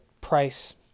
price